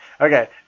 Okay